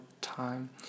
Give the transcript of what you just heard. time